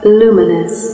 luminous